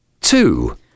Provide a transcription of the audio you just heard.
Two